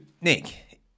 Nick